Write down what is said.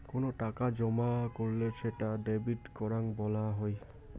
কোনো টাকা জমা করলে সেটা ডেবিট করাং বলা হই